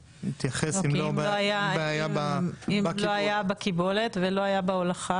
אם לא הייתה בעיה בקיבולת ולא הייתה בעיה בהולכה